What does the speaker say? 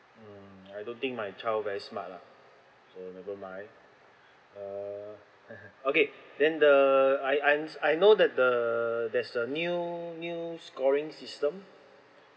mm I don't think my child very smart lah okay never mind uh okay then the I I am s~ I know that the there's a new new scoring system